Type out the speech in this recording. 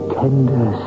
tender